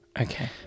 Okay